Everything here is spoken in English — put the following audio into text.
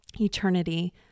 eternity